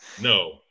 No